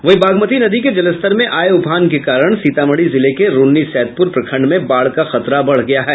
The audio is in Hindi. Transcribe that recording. वहीं बागमती नदी के जलस्तर में आये उफान के कारण सीतामढ़ी जिले के रून्नीसैदपुर प्रखण्ड में बाढ़ का खतरा बढ़ गया है